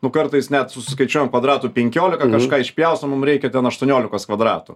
nu kartais net susiskaičiuojam kvadratų penkioliką kažką išpjaustom mum reikia ten aštuoniolikos kvadratų